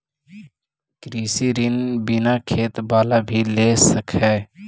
कृषि ऋण बिना खेत बाला भी ले सक है?